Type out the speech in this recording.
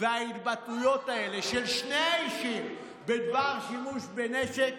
וההתבטאויות האלה של שני האישים בדבר שימוש בנשק,